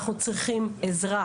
אנחנו צריכים עזרה